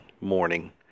morning